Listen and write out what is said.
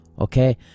okay